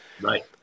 Right